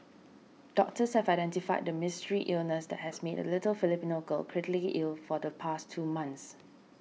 doctors have identified the mystery illness that has made a little Filipino girl critically ill for the past two months